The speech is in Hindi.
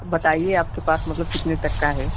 बताइए आपके पास मतलब कितने तक का है